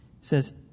says